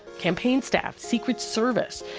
campaign staff, secret service.